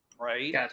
right